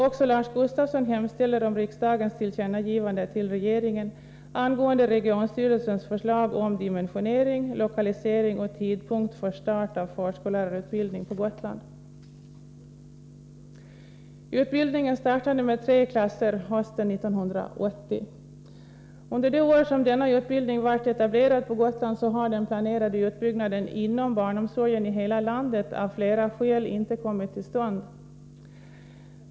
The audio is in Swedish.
Också Lars Gustafsson hemställer om riksdagens tillkännagivande till regeringen angående regionstyrelsens förslag om dimensionering, lokalisering och tidpunkt för start av förskollärarutbildning på Gotland. Utbildningen startade med tre klasser hösten 1980. Under de år som denna utbildning varit etablerad på Gotland har den planerade utbyggnaden inom barnomsorgen i hela landet av flera skäl inte kommit till stånd.